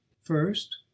First